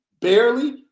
barely